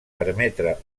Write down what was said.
permetre